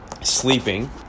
sleeping